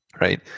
right